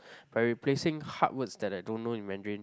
by replacing hard words that I don't know in Mandarin